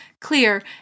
clear